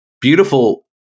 beautiful